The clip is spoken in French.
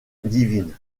divine